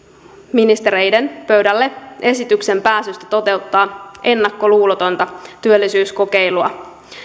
ministereiden pöydälle esityksen pääsystä toteuttamaan ennakkoluulotonta työllisyyskokeilua